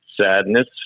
sadness